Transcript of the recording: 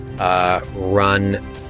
Run